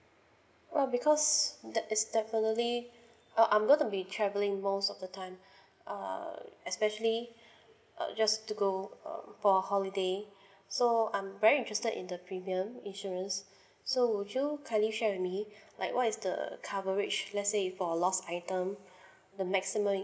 uh because that is definitely uh I'm gonna be travelling most of the time err especially uh just to go uh for holiday so I'm very interested in the premium insurance so would you kindly share with me like what is the coverage let's say if for lost item the maximum